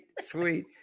sweet